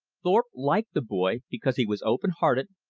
thorpe liked the boy because he was open-hearted,